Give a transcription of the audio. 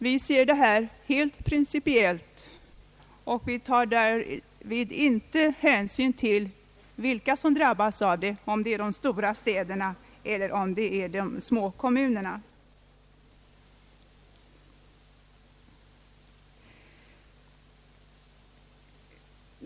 Vi ser det helt principiellt och tar därvid inte hänsyn till vilka som drabbas — om det är de stora städerna eller om det är de små kommunerna.